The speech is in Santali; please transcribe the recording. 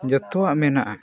ᱡᱚᱛᱚᱣᱟᱜ ᱢᱮᱱᱟᱜᱼᱟ